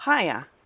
Hiya